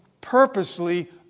purposely